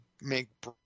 make